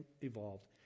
evolved